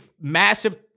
massive